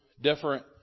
different